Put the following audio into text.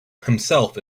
himself